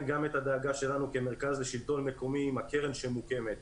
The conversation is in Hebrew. גם את הדאגה שלנו כמרכז השלטון המקומי עם הקרן שמוקמת.